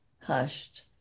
hushed